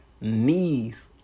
Knees